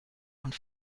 und